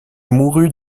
mourut